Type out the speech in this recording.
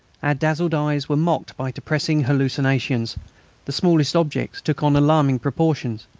our dazzled eyes were mocked by depressing hallucinations the smallest objects took on alarming proportions,